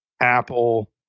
Apple